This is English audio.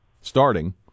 starting